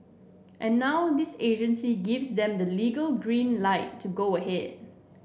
and now this agency gives them the legal green light to go ahead